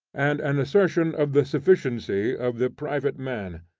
and an assertion of the sufficiency of the private man.